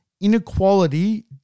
Inequality